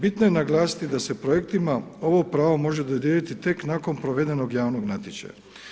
Bitno je naglasiti da se projektima ovo pravo može dodijeliti tek nakon provedenog javnog natječaja.